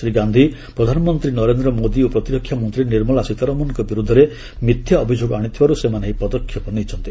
ଶ୍ରୀ ଗାନ୍ଧୀ ପ୍ରଧାନମନ୍ତ୍ରୀ ନରେନ୍ଦ୍ର ମୋଦୀ ଓ ପ୍ରତିରକ୍ଷା ମନ୍ତ୍ରୀ ନିର୍ମଳା ସୀତାରମଣଙ୍କ ବିରୋଧରେ ମିଥ୍ୟା ଅଭିଯୋଗ ଆଣିଥିବାରୁ ସେମାନେ ଏହି ପଦକ୍ଷେପ ନେଇଛନ୍ତି